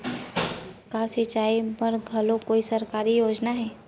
का सिंचाई बर घलो कोई सरकारी योजना हे?